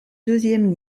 deuxième